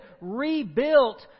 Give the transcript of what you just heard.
rebuilt